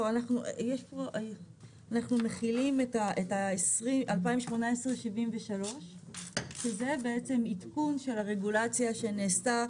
אנחנו מחילים את ה-2018/73 שזה עדכון של הרגולציה שנעשתה